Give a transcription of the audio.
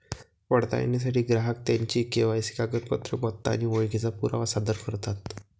पडताळणीसाठी ग्राहक त्यांची के.वाय.सी कागदपत्रे, पत्ता आणि ओळखीचा पुरावा सादर करतात